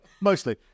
Mostly